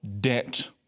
debt